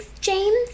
James